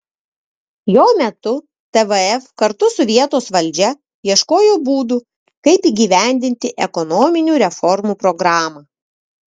jo metu tvf kartu su vietos valdžia ieškojo būdų kaip įgyvendinti ekonominių reformų programą